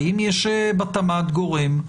האם יש בתמ"ת גורם,